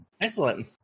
excellent